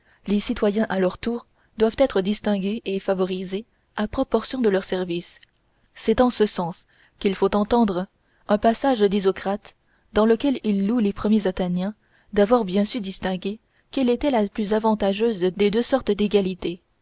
les citoyens à leur tour doivent être distingués et favorisés à proportion de leurs services c'est en ce sens qu'il faut entendre un passage d'isocrate dans lequel il loue les premiers athéniens d'avoir bien su distinguer quelle était la plus avantageuse des deux sortes d'égalité